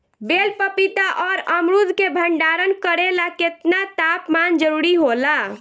बेल पपीता और अमरुद के भंडारण करेला केतना तापमान जरुरी होला?